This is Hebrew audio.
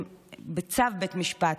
בצו בית משפט,